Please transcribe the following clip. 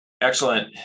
Excellent